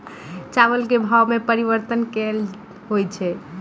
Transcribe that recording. चावल केँ भाव मे परिवर्तन केल होइ छै?